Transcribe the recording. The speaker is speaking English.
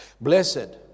Blessed